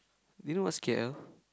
you know what's k_l